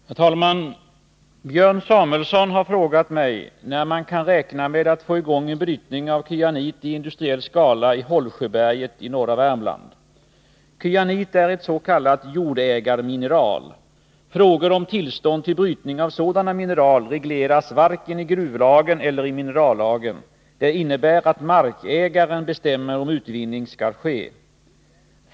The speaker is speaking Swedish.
Herr talman! Björn Samuelsson har frågat mig när man kan räkna med att få i gång en brytning av kyanit i industriell skala i Hollsjöberget i norra Värmland. Kyanit är ett s.k. jordägarmineral. Frågor om tillstånd till brytning av sådana mineral regleras varken i gruvlagen eller i minerallagen. Det innebär att markägaren bestämmer om utvinning skall ske.